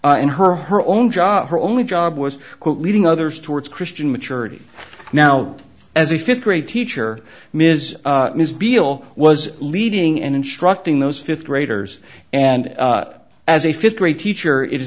in her her own job her only john was leading others towards christian maturity now as a fifth grade teacher ms ms bial was leading and instructing those fifth graders and as a fifth grade teacher i